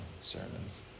sermons